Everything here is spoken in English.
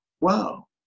wow